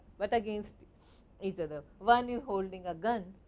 but against each other. one is holding a gun,